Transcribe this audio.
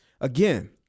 again